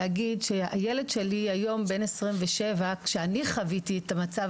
הילד שלי היום בן 27. כשאני חוויתי את מצב